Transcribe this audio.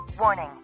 Warning